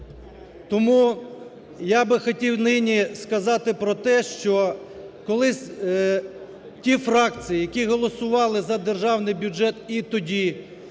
Тому я би хотів нині сказати про те, що колись ті фракції, які голосували за державний бюджет і тоді,